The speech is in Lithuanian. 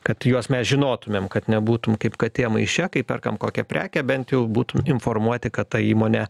kad juos mes žinotumėm kad nebūtum kaip katė maiše kai perkam kokią prekę bent jau būtum informuoti kad ta įmonė